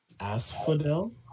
Asphodel